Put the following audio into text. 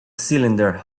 cylinder